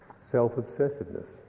self-obsessiveness